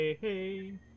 hey